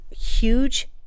huge